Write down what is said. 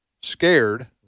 scared